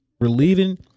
relieving